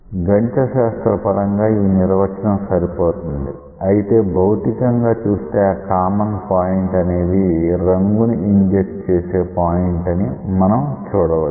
గణితశాస్త్ర పరంగా ఈ నిర్వచనం సరిపోతుంది అయితే భౌతికంగా చూస్తే ఆ కామన్ పాయింట్ అనేది రంగుని ఇంజెక్ట్ చేసే పాయింట్ అని మనం చూడవచ్చు